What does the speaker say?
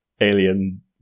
alien